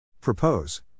Propose